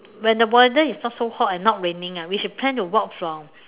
when the weather is not so hot and not raining ah we should plan to walk from